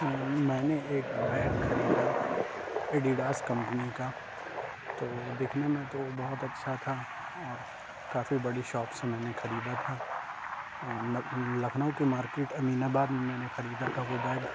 میں نے ایک بیگ خریدا ایڈیڈاس کمپنی کا تو دیکھنے میں تو بہت اچھا تھا اور کافی بڑی شوق سے میں نے خریدا تھا لکھنؤ کی مارکیٹ امین آباد میں میں نے خریدا تھا وہ بیگ